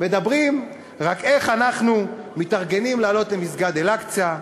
מדברים רק איך אנחנו מתארגנים לעלות למסגד אל-אקצא,